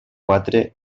quatre